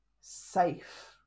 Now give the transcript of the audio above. safe